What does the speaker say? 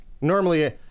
Normally